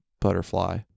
butterfly